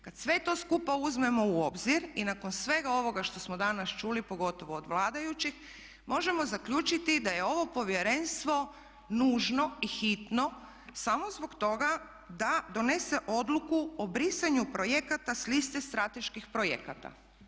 Kad sve to skupa uzmemo u obzir i nakon svega ovoga što smo danas čuli pogotovo od vladajućih možemo zaključiti da je ovo povjerenstvo nužno i hitno samo zbog toga da donese odluku o brisanju projekata s liste strateških projekata.